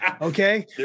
Okay